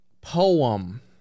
poem